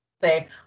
say